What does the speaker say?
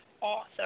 author